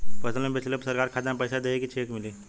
फसल बेंचले पर सरकार खाता में पैसा देही की चेक मिली?